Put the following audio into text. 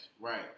Right